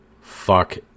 Fuck